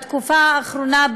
בתקופה האחרונה,